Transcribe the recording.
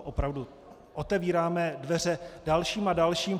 Opravdu, otevíráme dveře dalším a dalším.